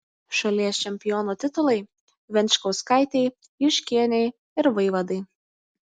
šalies čempionų titulai venčkauskaitei juškienei ir vaivadai